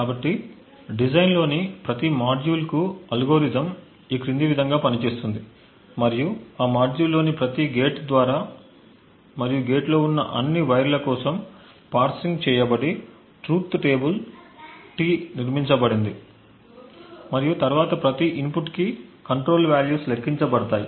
కాబట్టి డిజైన్లోని ప్రతి మాడ్యూల్కు అల్గోరిథం ఈ క్రింది విధంగా పనిచేస్తుంది మరియు ఆ మాడ్యూల్లోని ప్రతి గేట్ ద్వారా మరియు గేట్లో ఉన్న అన్ని వైర్ల కోసం పార్సింగ్ చేయబడి ట్రూత్ టేబుల్ T నిర్మించబడింది మరియు తరువాత ప్రతి ఇన్పుట్కి కంట్రోల్ వాల్యూస్ లెక్కించబడతాయి